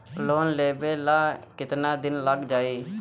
Loan लेबे ला कितना दिन लाग जाई?